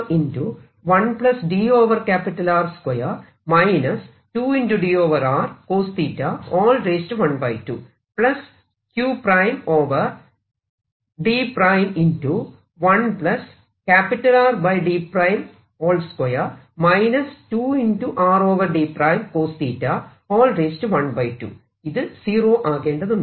ഇത് സീറോ ആകേണ്ടതുണ്ട്